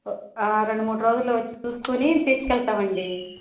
ఓ రెండు మూడు రోజుల్లో వచ్చి చూసుకుని తీసుకెళ్తామండి